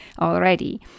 already